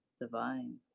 divine